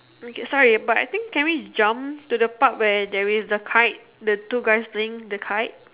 okay sorry but I think can we jump to the part where there is a kite the two guys sing the kite